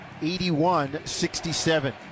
81-67